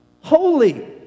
Holy